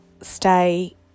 stay